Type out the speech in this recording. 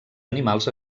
animals